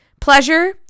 pleasure